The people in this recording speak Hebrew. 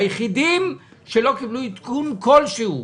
הם היחידים שלא קיבלו עדכון כלשהו.